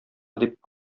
дип